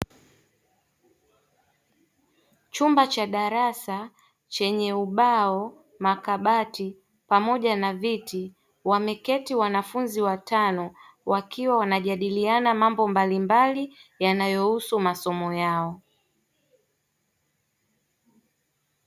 Chumba cha darasa chenye ubao, makabati pamoja na viti wameketi wanafunzi watano wakiwa wanajadiliana mambo mbalimbali yanayohusu masomo yao.